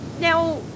Now